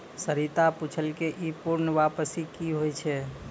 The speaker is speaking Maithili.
सरिता पुछलकै ई पूर्ण वापसी कि होय छै?